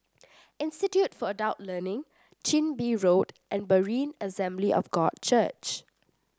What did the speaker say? Institute for Adult Learning Chin Bee Road and Berean Assembly of God Church